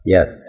Yes